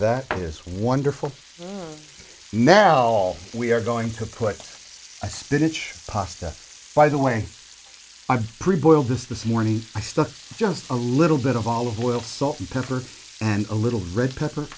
that is wonderful now all we are going to put a spinach pasta by the way i've pre boil this this morning i stuck just a little bit of olive will salt and pepper and a little red pepper